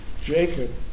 Jacob